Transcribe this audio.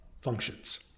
functions